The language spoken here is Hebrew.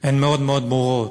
הן מאוד מאוד ברורות: